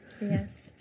Yes